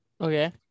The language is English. Okay